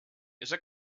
esa